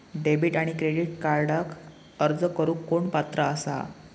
Debit आणि credit कार्डक अर्ज करुक कोण पात्र आसा?